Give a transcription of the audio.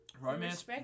Romance